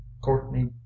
courtney